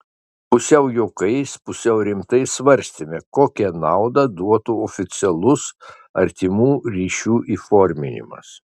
pusiau juokais pusiau rimtai svarstėme kokią naudą duotų oficialus artimų ryšių įforminimas